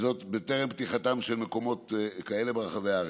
בטרם פתיחתם של מקומות כאלה ברחבי הארץ.